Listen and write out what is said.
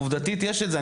עובדתית יש את זה.